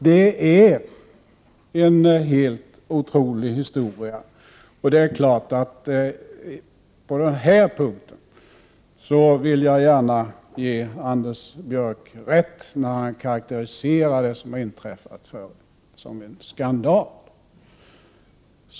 Det är en helt otrolig historia, och på den här punkten vill jag gärna ge Anders Björck rätt när han karakteriserar det som har inträffat som en skandal.